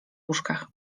łóżkach